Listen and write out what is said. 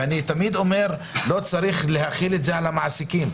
ואני תמיד אומר שלא צריך להחיל את זה על המעסיקים,